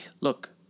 Look